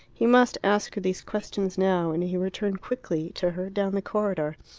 he must ask her these questions now, and he returned quickly to her down the corridor.